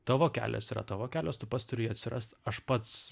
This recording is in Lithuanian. tavo kelias yra tavo kelias tu pats turi jį atsirast aš pats